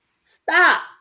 stop